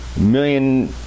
million